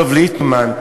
דב ליפמן,